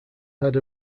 had